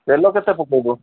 ତେଲ କେତେ ପକେଇବୁ